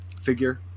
figure